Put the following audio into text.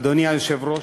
אדוני היושב-ראש